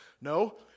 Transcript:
No